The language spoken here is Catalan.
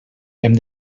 hem